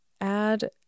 add